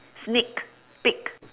sneak peek